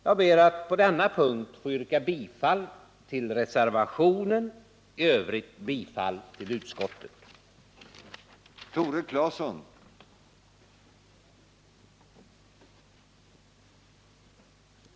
Jag ber att på denna punkt få yrka bifall till reservationen och i övrigt bifall till utskottets hemställan.